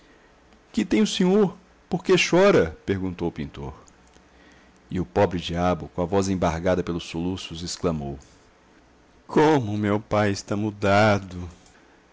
que tem o senhor por que chora perguntou o pintor e o pobre diabo com a voz embargada pelos soluços exclamou como meu pai está mudado